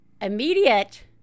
immediate